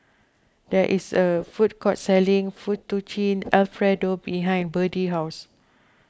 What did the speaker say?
there is a food court selling Fettuccine Alfredo behind Berdie house